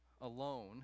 alone